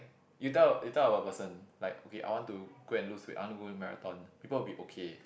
you tell a you tell a a person like okay I want to go and lose weight I want to go and marathon people will be okay